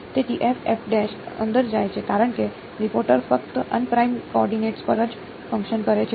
તેથી અંદર જાય છે કારણ કે ઓપરેટર ફક્ત અનપ્રાઇમ કોઓર્ડિનેટ્સ પર જ ફંકશન કરે છે